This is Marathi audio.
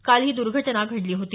काल ही दुर्घटना घडली होती